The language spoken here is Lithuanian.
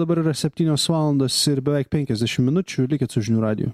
dabar yra septynios valandos ir beveik penkiasdešim minučių likit su žinių radiju